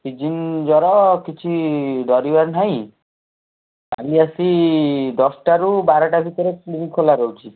season ଜର କିଛି ଡରିବାର ନାହିଁ କାଲି ଆସି ଦଶଟାରୁ ବାରଟା ଭିତରେ କ୍ଲିନିକ୍ ଖୋଲା ରହୁଛି